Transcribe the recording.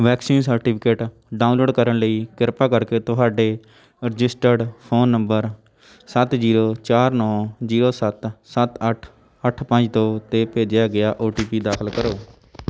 vaccine certificate download ਕਰਨ ਲਈ ਕਿਰਪਾ ਕਰਕੇ ਤੁਹਾਡੇ ਰਜਿਸਟਰਡ ਫ਼ੋਨ ਨੰਬਰ ਸੱਤ ਜੀਰੋ ਚਾਰ ਨੌ ਜੀਰੋ ਸੱਤ ਸੱਤ ਅੱਠ ਅੱਠ ਪੰਜ ਦੋ 'ਤੇ ਭੇਜਿਆ ਗਿਆ ਓ ਟੀ ਪੀ ਦਾਖਲ ਕਰੋ